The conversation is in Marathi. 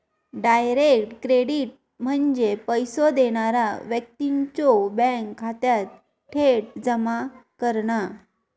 डायरेक्ट क्रेडिट म्हणजे पैसो देणारा व्यक्तीच्यो बँक खात्यात थेट जमा करणा